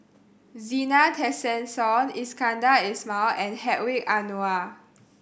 Zena Tessensohn Iskandar Ismail and Hedwig Anuar